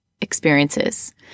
experiences